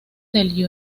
del